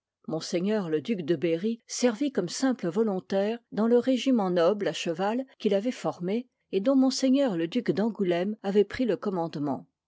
m le duc de berry servit comme simple volontaire dans le régiment noble à cheval qu'il avoit formé et dont m le duc d'angoulême avoit pris le commandement